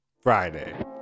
Friday